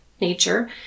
nature